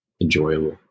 enjoyable